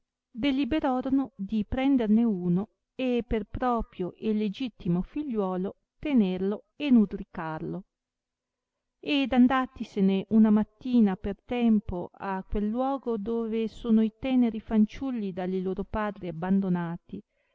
deliberorono di prenderne uno e per propio e legittimo figliuolo tenerlo e nudricarlo ed andatisene una mattina per tempo a quel luogo dove sono i teneri fanciulli dalli loro padri abbandonati